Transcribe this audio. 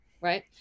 right